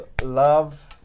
love